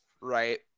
right